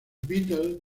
beatles